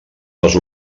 les